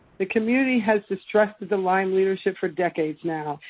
the community has distrusted the lyme leadership for decades now,